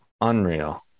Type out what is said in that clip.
Unreal